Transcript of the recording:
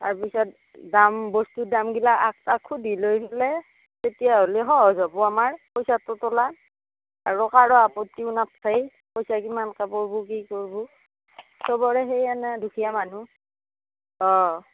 তাৰপিছত দাম বস্তুৰ দাম গিলা আক তাক সুধি লৈ পেলাই তেতিয়া হ'লি সহজ হ'ব আমাৰ পইচাটো তোলাত আৰু কাৰো আপত্তিও নাথকেই পইচা কিমানকে পৰবো কি কৰবো চবৰে সেয়ে এনে দুখীয়া মানুহ অঁ